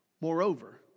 Moreover